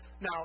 Now